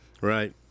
Right